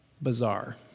bizarre